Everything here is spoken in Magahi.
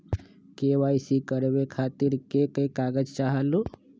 के.वाई.सी करवे खातीर के के कागजात चाहलु?